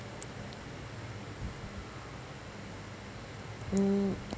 mm